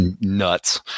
nuts